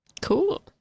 Cool